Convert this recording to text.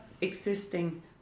existing